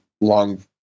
long